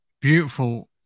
beautiful